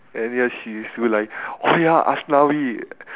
and ya she used to like oh ya aslawi